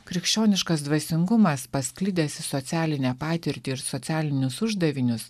krikščioniškas dvasingumas pasklidęs į socialinę patirtį ir socialinius uždavinius